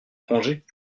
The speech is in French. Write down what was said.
congé